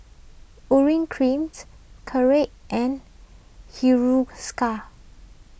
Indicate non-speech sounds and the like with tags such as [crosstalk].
Urea Cream [noise] [unintelligible] and Hiruscar